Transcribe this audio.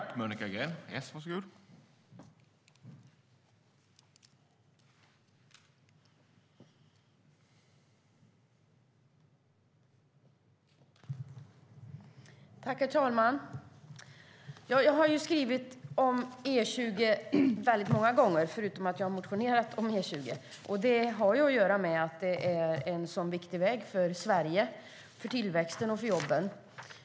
Herr talman! Jag har skrivit om E20 väldigt många gånger, förutom att jag har motionerat om E20. Det har att göra med att det är en så viktig väg för Sverige, för tillväxten och för jobben.